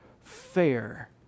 fair